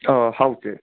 ꯍꯥꯎ ꯆꯦ